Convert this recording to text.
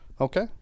Okay